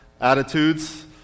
attitudes